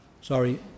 sorry